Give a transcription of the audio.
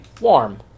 warm